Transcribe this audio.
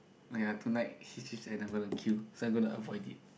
oh ya tonight I'm gonna queue so I'm gonna avoid it